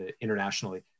internationally